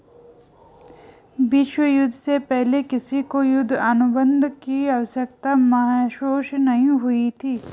विश्व युद्ध से पहले किसी को युद्ध अनुबंध की आवश्यकता महसूस नहीं हुई थी